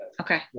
Okay